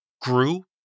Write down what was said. grew